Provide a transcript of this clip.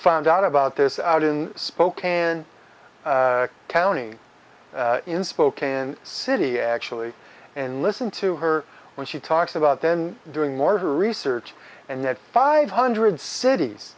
found out about this out in spokane county in spokane city actually and listen to her when she talks about then doing more of her research and that five hundred cities